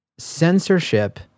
Censorship